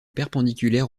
perpendiculaire